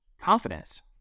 confidence